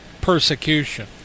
persecution